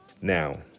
Now